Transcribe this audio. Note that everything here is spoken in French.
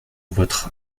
votre